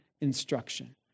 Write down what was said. instruction